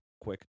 quick